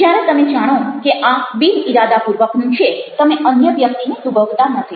જ્યારે તમે જાણો કે આ બિનઈરાદાપૂર્વકનું છે તમે અન્ય વ્યક્તિને દુભવતા નથી